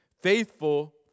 faithful